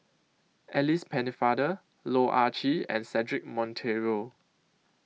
Alice Pennefather Loh Ah Chee and Cedric Monteiro